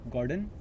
Gordon